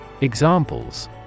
Examples